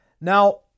Now